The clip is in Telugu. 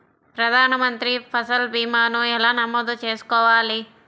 ప్రధాన మంత్రి పసల్ భీమాను ఎలా నమోదు చేసుకోవాలి?